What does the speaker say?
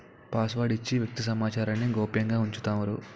password ఇచ్చి వ్యక్తి సమాచారాన్ని గోప్యంగా ఉంచుతారు